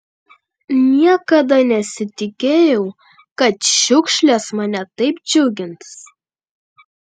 niekada nesitikėjau kad šiukšlės mane taip džiugins